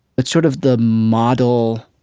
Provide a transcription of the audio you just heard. but sort of the model